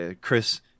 Chris